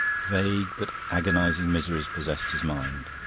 vague but agonising miseries possessed his mind.